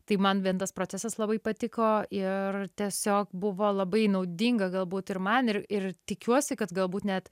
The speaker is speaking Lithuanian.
tai man vien tas procesas labai patiko ir tiesiog buvo labai naudinga galbūt ir man ir ir tikiuosi kad galbūt net